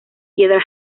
piedra